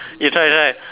you try you try